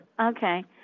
Okay